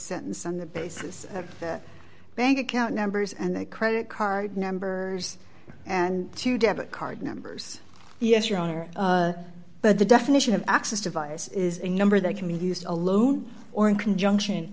sentenced on the basis of that bank account numbers and credit card numbers and to debit card numbers yes your honor but the definition of access device is a number that can be used alone or in can junction